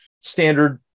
standard